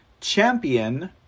Champion